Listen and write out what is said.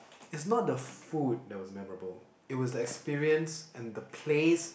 is not the food that was memorable it was the experience and the place